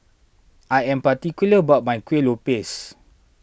I am particular about my Kueh Lopes